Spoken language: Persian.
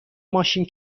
ماشین